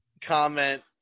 comment